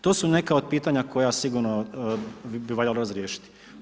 To su neka od pitanja koja sigurno bi valjalo razriješiti.